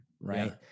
Right